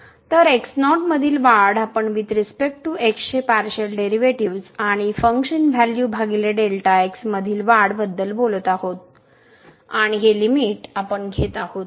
तर x0 मधील वाढ आपण वुईथ रीसपेक्ट टू x चे पार्शिअल डेरिव्हेटिव्हज आणि फंक्शन व्हॅल्यू भागिले डेल्टा x मधील वाढ बद्दल बोलत आहोत आणि हे लिमिट आपण घेत आहोत